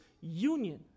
union